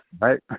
right